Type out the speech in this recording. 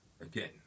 again